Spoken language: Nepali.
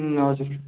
हजुर